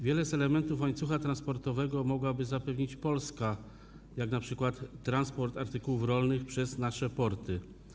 Wiele z elementów łańcucha transportowego mogłaby zapewnić Polska, jak np. transport artykułów rolnych przez nasze porty.